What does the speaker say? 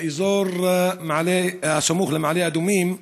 באזור הסמוך למעלה אדומים.